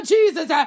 Jesus